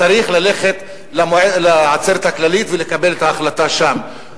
צריך ללכת לעצרת הכללית ולקבל את ההחלטה שם.